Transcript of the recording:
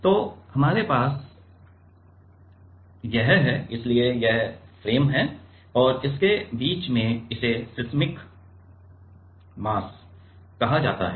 तो हमारे पास यह है इसलिए यह फ्रेम है और इसके बीच में इसे सिस्मिक मास कहा जाता है